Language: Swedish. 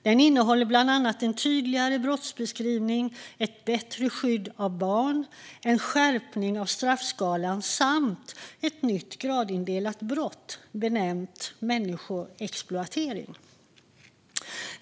Den innehåller bland annat en tydligare brottsbeskrivning, ett bättre skydd av barn, en skärpning av straffskalan och ett nytt gradindelat brott, benämnt människoexploatering.